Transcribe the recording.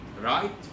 right